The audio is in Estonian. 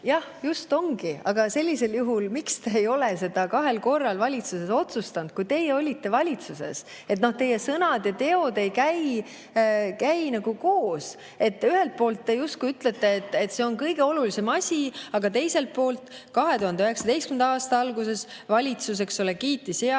Jah, ongi, aga sellisel juhul, miks te seda kahel korral ei otsustanud, kui teie olite valitsuses? Teie sõnad ja teod ei käi nagu koos. Ühelt poolt te justkui ütlete, et see on kõige olulisem asi, aga teiselt poolt 2019. aasta alguses valitsus, eks ole, kiitis